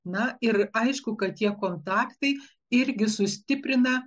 na ir aišku kad tie kontaktai irgi sustiprina